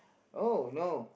oh no